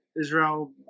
Israel